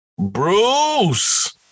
Bruce